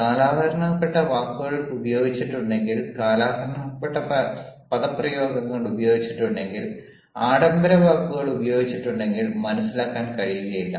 കാലഹരണപ്പെട്ട വാക്കുകൾ ഉപയോഗിച്ചിട്ടുണ്ടെങ്കിൽ കാലഹരണപ്പെട്ട പദപ്രയോഗങ്ങൾ ഉപയോഗിച്ചിട്ടുണ്ടെങ്കിൽ ആഡംബരവാക്കുകൾ ഉപയോഗിച്ചിട്ടുണ്ടെങ്കിൽ മനസ്സിലാക്കാൻ കഴിയില്ല